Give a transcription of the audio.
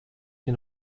den